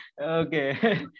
Okay